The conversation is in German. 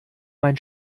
mein